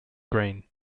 grain